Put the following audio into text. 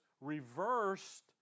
reversed